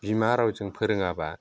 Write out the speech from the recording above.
बिमा रावजों फोरोङाब्ला